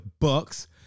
bucks